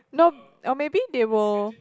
no or maybe they will